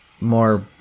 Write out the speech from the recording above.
more